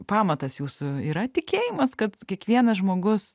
pamatas jūsų yra tikėjimas kad kiekvienas žmogus